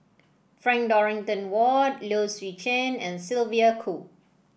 Frank Dorrington Ward Low Swee Chen and Sylvia Kho